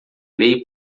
lei